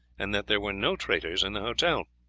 and that there were no traitors in the hotel.